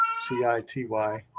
C-I-T-Y